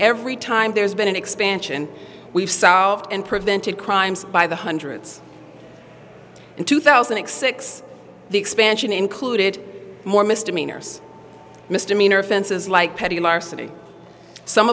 every time there's been an expansion we've solved and prevented crimes by the hundreds in two thousand and six the expansion included more misdemeanors misdemeanor offenses like petty larceny some